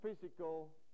physical